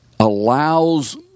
allows